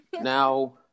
Now